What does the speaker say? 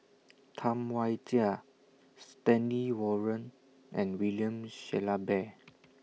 Tam Wai Jia Stanley Warren and William Shellabear